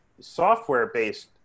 Software-based